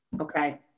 Okay